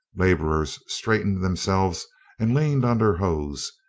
laborers straight ened themselves and leaned on their hoes,